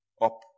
up